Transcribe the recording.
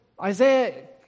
Isaiah